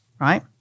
right